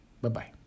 Bye-bye